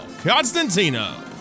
Constantino